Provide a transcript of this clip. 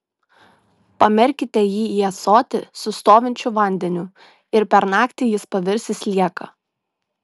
pamerkite jį į ąsotį su stovinčiu vandeniu ir per naktį jis pavirs į slieką